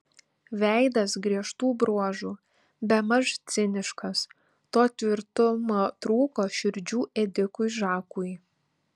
veidas griežtų bruožų bemaž ciniškas to tvirtumo trūko širdžių ėdikui žakui